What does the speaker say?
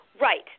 Right